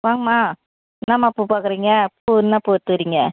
வாங்கமா என்னமா பூ பார்க்குறீங்க பூ என்ன பூ எடுத்துக்கிறீங்க